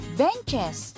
benches